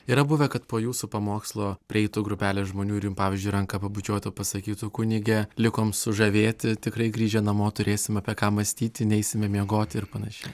yra buvę kad po jūsų pamokslo prieitų grupelė žmonių ir jum pavyzdžiui ranką pabučiuotų pasakytų kunige likom sužavėti tikrai grįžę namo turėsim apie ką mąstyti neisime miegoti ir panašiai